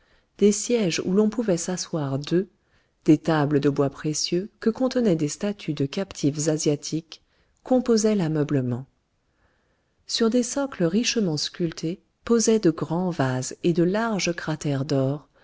des sièges où l'on pouvait s'asseoir deux des tables de bois précieux que soutenaient des statues de captifs asiatiques composaient l'ameublement sur des socles richement sculptés posaient de grands vases et de larges cratères d'or